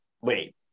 wait